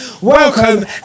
welcome